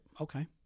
Okay